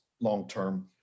long-term